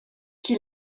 qui